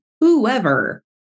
whoever